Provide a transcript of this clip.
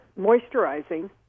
moisturizing